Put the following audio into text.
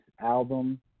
album